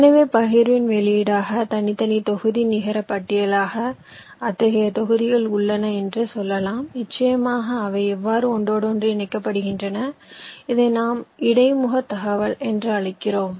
எனவே பகிர்வின் வெளியீடாக தனித்தனி தொகுதி நிகர பட்டியலாக அத்தகைய தொகுதிகள் உள்ளன என்று சொல்லலாம் நிச்சயமாக அவை எவ்வாறு ஒன்றோடொன்று இணைக்கப்படுகின்றன இதை நாம் இடைமுகத் தகவல் என்று அழைக்கிறோம்